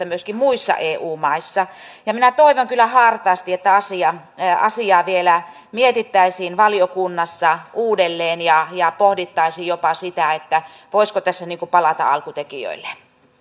myöskin muissa eu maissa minä toivon kyllä hartaasti että asiaa vielä mietittäisiin valiokunnassa uudelleen ja ja pohdittaisiin jopa sitä voisiko tässä palata alkutekijöilleen